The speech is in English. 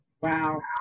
Wow